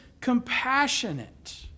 compassionate